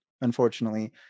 unfortunately